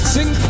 Sing